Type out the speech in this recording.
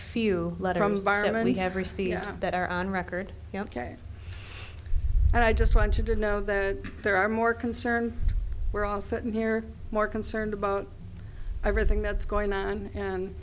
received that are on record ok and i just wanted to know that there are more concerned we're all sitting here more concerned about everything that's going on and